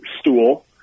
stool